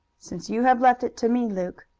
since you have left it to me, luke,